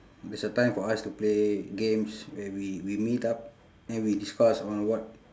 there's a time for us to play games where we we meet up then we discuss on what